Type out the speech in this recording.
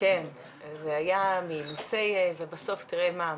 גם היה לנו חשוב להפיץ פרסומי קול קורא ובאמת פרסמנו ארבעה כאלה,